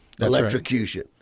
electrocution